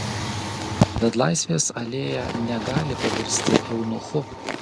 tad laisvės alėja negali pavirsti eunuchu